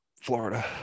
florida